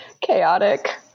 chaotic